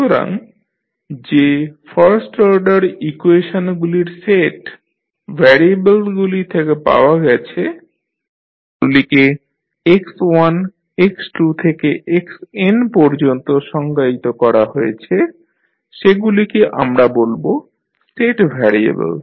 সুতরাং যে first order ইকুয়েশনগুলির সেট ভ্যারিয়েবলগুলি থেকে পাওয়া গেছে যেগুলিকে x1 x2 থেকে xn পর্যন্ত সংজ্ঞায়িত করা হয়েছে সেগুলিকে আমরা বলব স্টেট ভ্যারিয়েবল